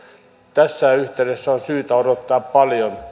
tässä yhteydessä on syytä odottaa paljon